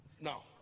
No